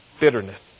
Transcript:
Bitterness